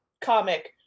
comic